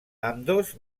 ambdós